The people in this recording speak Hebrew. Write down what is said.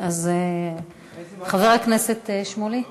חבר הכנסת שמולי,